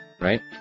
right